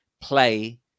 play